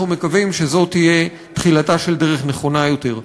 אנחנו מקווים שזאת תהיה תחילתה של דרך נכונה יותר.